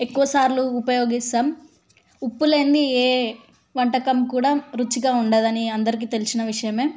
ఎక్కువ సార్లు ఉపయోగిస్తాం ఉప్పు లేనిది ఏ వంటకం కూడా రుచిగా ఉండదని అందరికి తెలిసిన విషయం